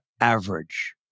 average